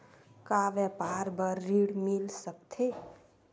का व्यापार बर ऋण मिल सकथे?